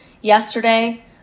yesterday